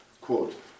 quote